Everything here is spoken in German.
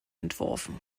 entworfen